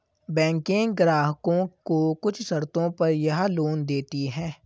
बैकें ग्राहकों को कुछ शर्तों पर यह लोन देतीं हैं